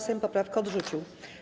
Sejm poprawkę odrzucił.